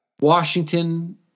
Washington